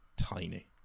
tiny